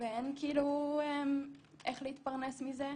ואין איך להתפרנס מזה.